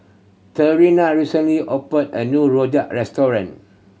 Trina recently opened a new rojak restaurant